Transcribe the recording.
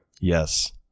Yes